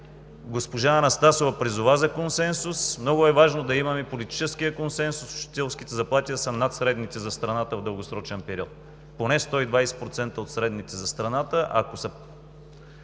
Госпожа Анастасова призова за консенсус. Много е важно да имаме политическия консенсус – учителските заплати да са над средните за страната в дългосрочен период, поне 120% от средните за страната. Ако успеем